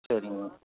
சரிங்கம்மா